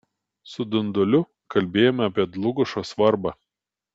su dunduliu kalbėjome apie dlugošo svarbą